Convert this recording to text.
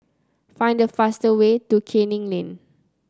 find the fastest way to Canning Lane